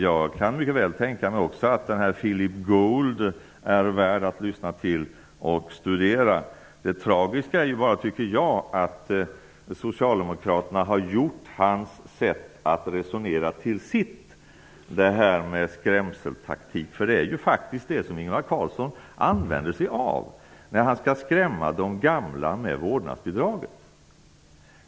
Jag kan mycket väl tänka mig att Philip Gould kan vara värd att lyssna till och studera. Jag tycker bara att det är tragiskt att socialdemokraterna har gjort hans sätt att resonera till sitt. Ingvar Carlsson använder faktiskt en skrämseltaktik när han vill skrämma de gamla med vårdnadsbidraget.